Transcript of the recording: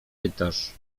pytasz